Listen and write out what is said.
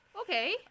Okay